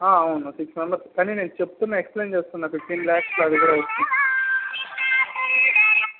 అవును six members కానీ నేను చెప్తున్నా కానీ ఎక్స్ప్లయిన్ చేస్తున్నా ఫిఫ్టీన్ లాక్స్లో అవి కూడా